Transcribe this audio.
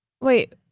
Wait